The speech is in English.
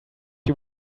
you